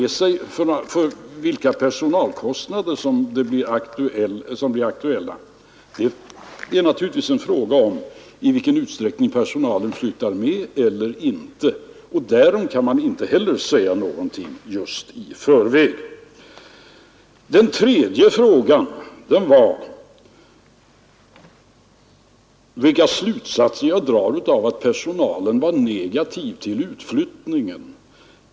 De personalkostnader som sedan blir aktuella beror naturligtvis på i vilken utsträckning personalen flyttar med eller inte, och därom kan man inte heller säga just någonting i förväg. Den tredje frågan var vilka slutsatser jag drar av att personalen var negativ till utflyttningen.